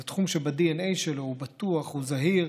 זה תחום שבדנ"א שלו הוא בטוח, הוא זהיר.